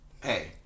Hey